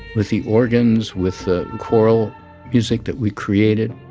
with the organs, with the choral music that we created.